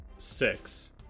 six